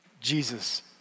Jesus